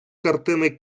картини